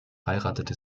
heiratete